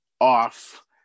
off